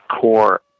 core